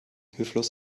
hilflos